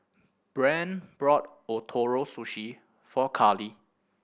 Brande bought Ootoro Sushi for Carlie